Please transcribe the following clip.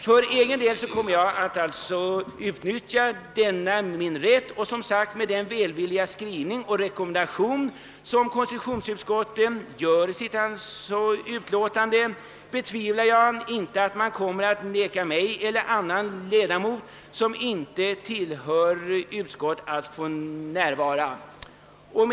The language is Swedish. För egen del kommer jag att utnyttja denna rätt, och med hänsyn till den välvilliga skrivning och den rekommendation som utskottet gör i sitt utlåtande tror jag inte att man kommer att neka mig eller annan ledamot, som inte tillhör ett utskott, att närvara.